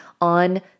on